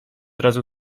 razu